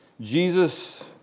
Jesus